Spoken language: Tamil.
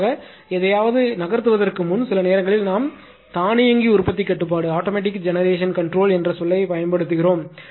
பொதுவாக எதையாவது நகர்த்துவதற்கு முன் சில நேரங்களில் நாம் தானியங்கி உற்பத்தி கட்டுப்பாடு என்ற சொல்லைப் பயன்படுத்துகிறோம்